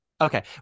Okay